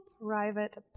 private